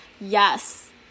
Yes